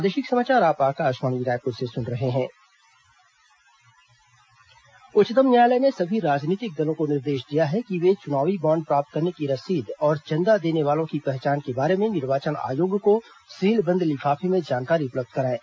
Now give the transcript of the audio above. उच्चतम न्यायालय चुनावी बॉन्ड उच्चतम न्यायालय ने सभी राजनीतिक दलों को निर्देश दिया है कि वे चुनावी बॉन्ड प्राप्त करने की रसीद और चंदा देने वालों की पहचान के बारे में निर्वाचन आयोग को सीलबंद लिफाफे में जानकारी उपलब्ध कराएं